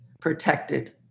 protected